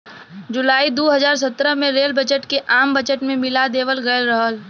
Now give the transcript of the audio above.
जुलाई दू हज़ार सत्रह में रेल बजट के आम बजट में मिला देवल गयल रहल